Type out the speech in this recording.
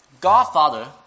godfather